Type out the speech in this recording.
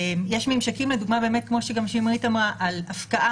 יש ממשקים כמו שגם שמרית אמרה,